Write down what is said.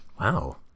Wow